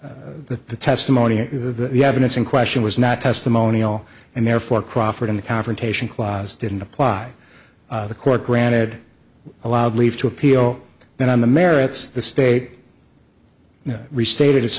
the testimony of the evidence in question was not testimonial and therefore crawford in the confrontation clause didn't apply the court granted allowed leave to appeal that on the merits the state now restated